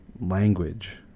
language